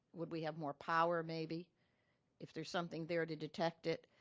would we have more power maybe if there's something there to detect it?